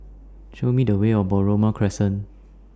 Show Me The Way Or Balmoral Crescent